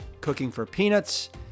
CookingForPeanuts